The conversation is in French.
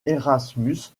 erasmus